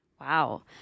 Wow